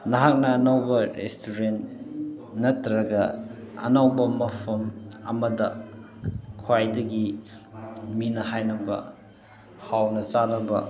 ꯅꯍꯥꯛꯅ ꯑꯅꯧꯕ ꯔꯦꯁꯇꯨꯔꯦꯟ ꯅꯠꯇ꯭ꯔꯒ ꯑꯅꯧꯕ ꯃꯐꯝ ꯑꯃꯗ ꯈ꯭ꯋꯥꯏꯗꯒꯤ ꯃꯤꯅ ꯍꯥꯏꯅꯕ ꯍꯥꯎꯅ ꯆꯥꯅꯕ